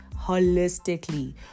holistically